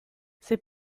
c’est